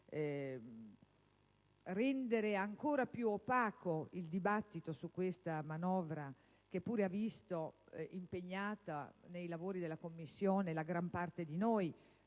rendere ancora più opaco il dibattito sulla manovra, che pure ha visto impegnata nei lavori della Commissione la gran parte di noi.